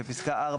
בפסקה (4),